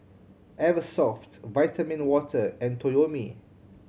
Eversoft Vitamin Water and Toyomi